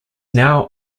now